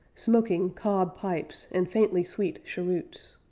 smoking cob pipes and faintly sweet cheroots.